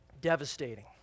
devastating